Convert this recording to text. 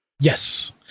Yes